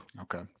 Okay